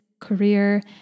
career